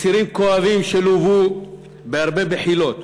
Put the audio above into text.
צירים כואבים שלוו בהרבה בחילות.